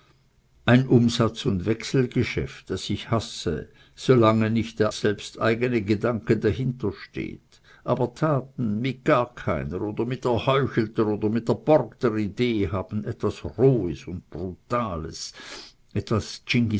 ein umsatz und wechselgeschäft das ich hasse solange nicht der selbsteigne gedanke dahinter steht aber taten mit gar keiner oder mit erheuchelter oder mit erborgter idee haben etwas rohes und brutales etwas